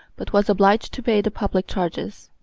but was obliged to pay the public charges.